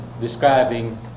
describing